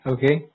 Okay